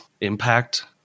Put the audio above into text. impact